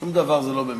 שום דבר זה לא במקרה.